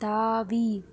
தாவி